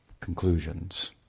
conclusions